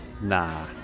Nah